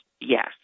yes